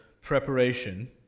preparation